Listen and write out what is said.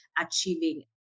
achieving